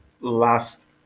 last